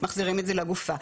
מחזירים את זה לגופה.